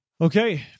Okay